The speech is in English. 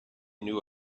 knew